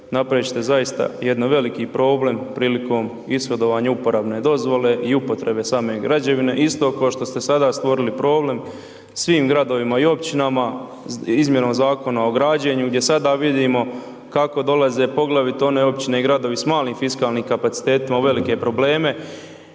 napravit će te zaista jedan veliki problem prilikom ishodovanja uporabne dozvole i upotrebe same građevine, isto k'o što ste sada stvorili problem svim Gradovima i Općinama izmjenom Zakona o građenju, gdje sada vidimo kako dolaze poglavito one Općine i Gradovi s malim fiskalnim kapacitetima u velike probleme,